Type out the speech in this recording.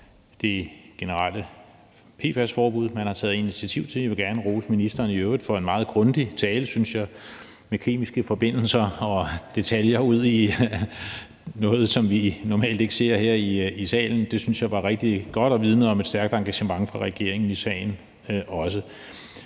det generelle PFAS-forbud, man har taget initiativ til, og jeg vil i øvrigt gerne rose ministeren for en meget grundig tale, synes jeg, om kemiske forbindelser og detaljer ud i noget, som vi normalt ikke ser her i salen. Det synes jeg var rigtig godt at se, og det vidner også om et stærkt engagement fra regeringens side i